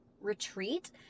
retreat